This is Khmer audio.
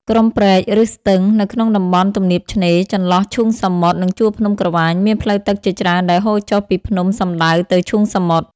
ក្រុមព្រែក ឬស្ទឹង នៅក្នុងតំបន់ទំនាបឆ្នេរ ចន្លោះឈូងសមុទ្រ និងជួរភ្នំក្រវាញ មានផ្លូវទឹកជាច្រើនដែលហូរចុះពីភ្នំសំដៅទៅឈូងសមុទ្រ។